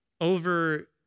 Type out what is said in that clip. over